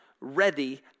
ready